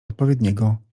odpowiedniego